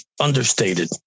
understated